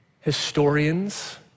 historians